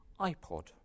iPod